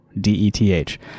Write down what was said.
D-E-T-H